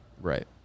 Right